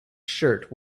shirt